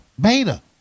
beta